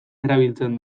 erabiltzen